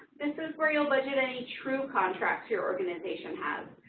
this is where you'll budget any true contracts your organization has.